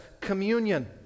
communion